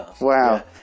Wow